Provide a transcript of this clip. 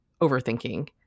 overthinking